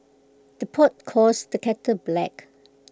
the pot calls the kettle black